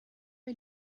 mir